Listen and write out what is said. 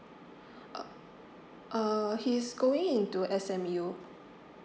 uh err he's going into S_M_U